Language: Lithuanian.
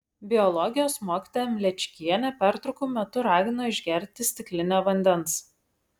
biologijos mokytoja mlečkienė pertraukų metu ragino išgerti stiklinę vandens